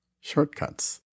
shortcuts